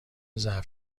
ظرف